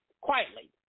quietly